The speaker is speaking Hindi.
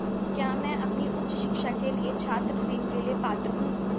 क्या मैं अपनी उच्च शिक्षा के लिए छात्र ऋण के लिए पात्र हूँ?